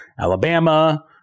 Alabama